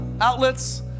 outlets